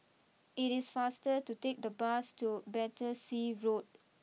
it is faster to take the bus to Battersea Road